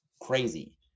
crazy